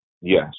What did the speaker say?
Yes